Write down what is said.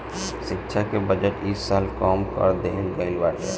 शिक्षा के बजट इ साल कम कर देहल गईल बाटे